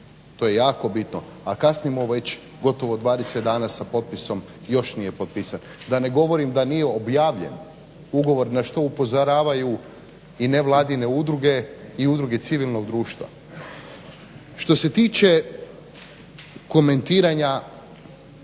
To je jako bitno, a kasnimo već gotovo 20 dana sa potpisom. Još nije potpisan. Da ne govorim da nije objavljen ugovor na što upozoravaju i nevladine udruge i udruge civilnog društva. Što se tiče komentiranja